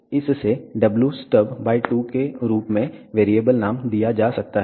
तो w stub को इस से wstub 2 के रूप में वेरिएबल नाम दिया जा सकता है